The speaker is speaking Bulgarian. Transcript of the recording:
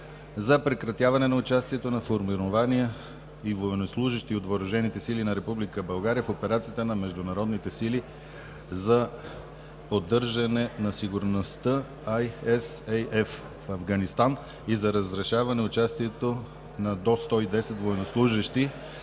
прекратяването на участието на формирования и военнослужещи от въоръжените сили на Република България в операцията на Международните сили за поддържане на сигурността – ISAF, в Афганистан и за разрешаване участието на до 110 военнослужещи